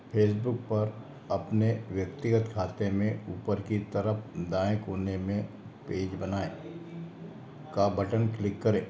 Facebook पर अपने व्यक्तिगत खाते में ऊपर की तरफ़ दाएँ कोने में पेज बनाएं का बटन क्लिक करें